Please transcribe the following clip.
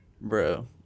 Bro